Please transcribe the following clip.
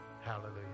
Hallelujah